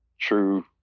true